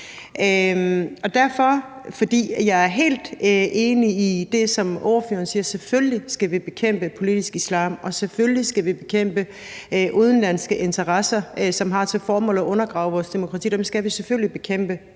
Jeg er helt enig i det, som ordføreren siger, nemlig at vi selvfølgelig skal bekæmpe politisk islam og vi selvfølgelig skal bekæmpe udenlandske interesser, som har til formål at undergrave vores demokrati;